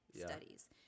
studies